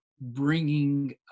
bringing